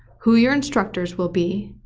who your instructors will be,